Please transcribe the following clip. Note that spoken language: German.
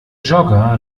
jogger